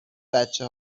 بچه